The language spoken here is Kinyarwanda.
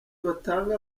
batange